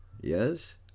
Yes